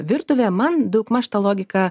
virtuvė man daugmaž ta logika